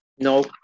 Nope